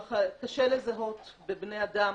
קשה לזהות בבני אדם